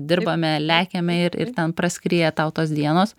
dirbame lekiame ir ir ten praskrieja tau tos dienos